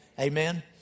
Amen